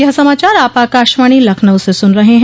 ब्रे क यह समाचार आप आकाशवाणी लखनऊ से सुन रहे हैं